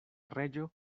reĝo